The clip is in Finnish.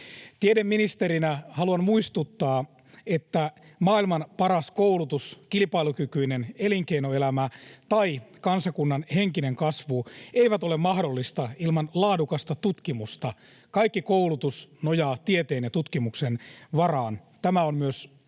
Tiedeministerinä haluan muistuttaa, että maailman paras koulutus, kilpailukykyinen elinkeinoelämä tai kansakunnan henkinen kasvu eivät ole mahdollista ilman laadukasta tutkimusta. Kaikki koulutus nojaa tieteen ja tutkimuksen varaan. Tämä on myös